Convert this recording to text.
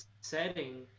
setting –